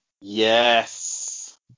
Yes